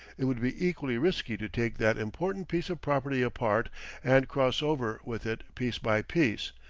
it would be equally risky to take that important piece of property apart and cross over with it piece by piece,